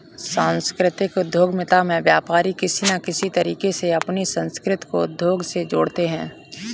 सांस्कृतिक उद्यमिता में व्यापारी किसी न किसी तरीके से अपनी संस्कृति को उद्योग से जोड़ते हैं